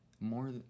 more